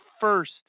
first